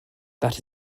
that